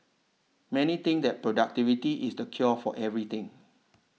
many think that productivity is the cure for everything